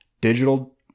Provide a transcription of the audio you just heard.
digital